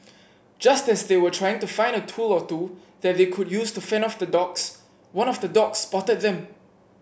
just as they were trying to find a tool or two that they could use to fend off the dogs one of the dogs spotted them